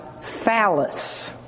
Phallus